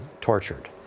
tortured